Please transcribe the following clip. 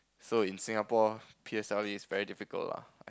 so in Singapore P_S_L_E is very difficult lah